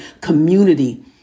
community